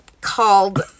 Called